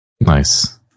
Nice